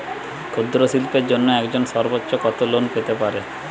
ক্ষুদ্রশিল্পের জন্য একজন সর্বোচ্চ কত লোন পেতে পারে?